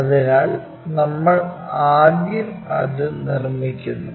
അതിനാൽ നമ്മൾ ആദ്യം അത് നിർമ്മിക്കുന്നു